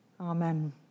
Amen